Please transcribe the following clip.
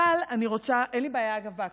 אין לי בעיה בהקשבה,